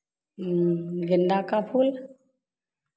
गेंदा का फूल